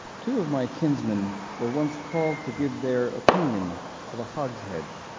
two of my kinsmen were once called to give their opinion of a hogshead,